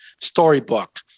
storybook